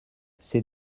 ces